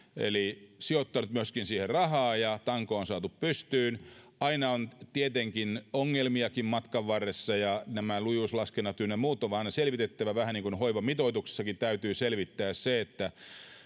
sijoittanut siihen myöskin rahaa ja tanko on saatu pystyyn aina on tietenkin ongelmiakin matkan varrella ja nämä lujuuslaskennat ynnä muut on vain selvitettävä vähän niin kuin hoivamitoituksessakin täytyy selvittää se